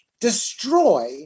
destroy